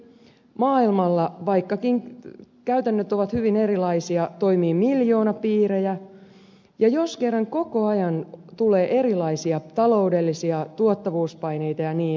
maailmalla vaikkakin käytännöt ovat hyvin erilaisia toimii miljoonapiirejä ja jos kerran koko ajan tulee erilaisia taloudellisia tuottavuuspaineita ja niin edelleen